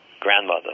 Grandmother